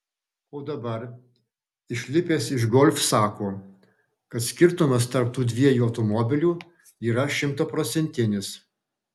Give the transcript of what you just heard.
o dabar išlipęs iš golf sako kad skirtumas tarp tų dviejų automobilių yra šimtaprocentinis